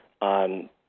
on